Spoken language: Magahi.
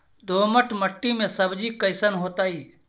दोमट मट्टी में सब्जी कैसन होतै?